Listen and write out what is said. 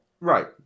Right